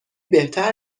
بهتر